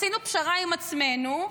עשינו פשרה עם עצמנו,